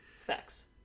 Facts